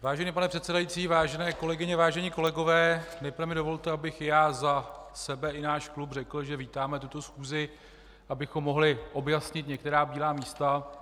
Vážený pane předsedající, vážené kolegyně, vážení kolegové, nejprve mi dovolte, abych za sebe i náš klub řekl, že vítáme tuto schůzi, abychom mohli objasnit některá bílá místa.